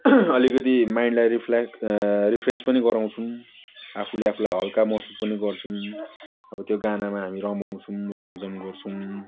अलिकति माइन्डलाई reflect refresh पनि गराउँछौँ आफूले आफूलाई हल्का महसुस पनि गर्छौँ अब त्यो गानामा हामी रमाउँछौँ रमझम गर्छौँ